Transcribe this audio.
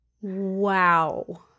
Wow